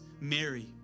Mary